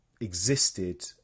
existed